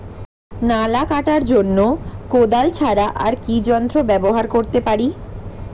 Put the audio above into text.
নালা কাটার জন্য কোদাল ছাড়া আর কি যন্ত্র ব্যবহার করতে পারি?